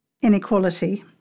inequality